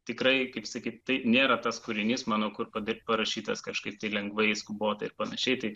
tikrai kaip sakyt tai nėra tas kūrinys mano kur kada parašytas kažkaip tai lengvai skubotai ir panašiai tai